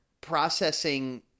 processing